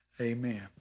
Amen